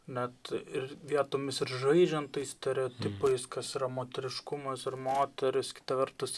net ir vietomis ir žaidžiant tais stereotipais kas yra moteriškumas moteris kita vertus